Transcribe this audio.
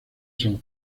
san